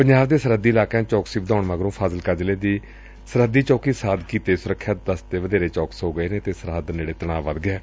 ਪੰਜਾਬ ਦੇ ਸਰਹੱਦੀ ਇਲਾਕਿਆਂ ਚ ਚੌਕਸੀ ਵਧਾਉਣ ਮਗਰੋਂ ਫਾਜ਼ਿਲਕਾ ਜ਼ਿਲ੍ਹੇ ਦੀ ਸਰਹੱਦੀ ਚੌਕੀ ਸਾਦਕੀ ਤੇ ਸੁਰੱਖਿਆ ਦਸਤੇ ਵਧੇਰੇ ਚੌਕਸ ਹੋ ਗਏ ਨੇ ਅਤੇ ਸਰਹੱਦ ਨੇੜੇ ਤਣਾਅ ਵਧ ਗਿਐ